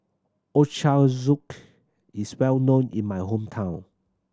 Ochazuke is well known in my hometown